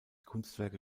kunstwerke